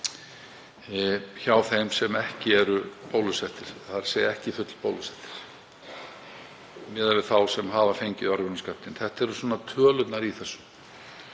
hjá þeim sem ekki eru bólusettir, þ.e. ekki fullbólusettir, miðað við þá sem hafa fengið örvunarskammtinn. Þetta eru tölurnar í þessu.